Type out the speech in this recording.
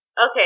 okay